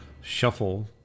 shuffle